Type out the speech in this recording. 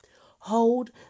Hold